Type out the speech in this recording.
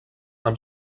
amb